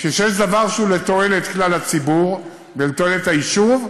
כשיש דבר שהוא לתועלת כלל הציבור ולתועלת היישוב,